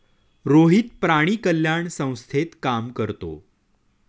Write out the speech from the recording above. रोहित प्राणी कल्याण संस्थेत काम करतो